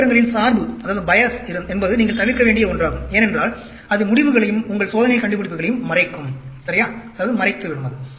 புள்ளிவிவரங்களில் சார்பு என்பது நீங்கள் தவிர்க்க வேண்டிய ஒன்றாகும் ஏனென்றால் அது முடிவுகளையும் உங்கள் சோதனை கண்டுபிடிப்புகளையும் மறைக்கும் சரியா